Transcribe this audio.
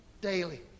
Daily